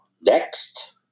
Next